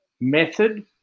method